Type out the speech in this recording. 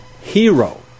hero